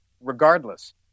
regardless